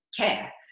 care